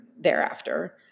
thereafter